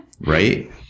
right